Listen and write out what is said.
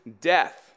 death